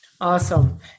Awesome